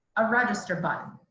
a register button